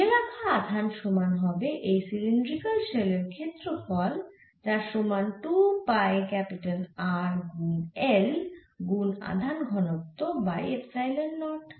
ঘিরে রাখা আধান সমান হবে এই সিলিন্ড্রিকাল শেলের ক্ষেত্রফল যার সমান 2 পাই ক্যাপিটাল R গুন L গুন আধান ঘনত্ব বাই এপসাইলন নট